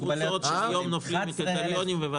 יש הרבה קבוצות שהיום נופלות בשל הקריטריונים.